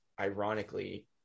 ironically